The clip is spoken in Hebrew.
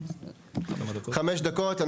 5 דקות.